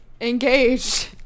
Engaged